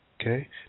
Okay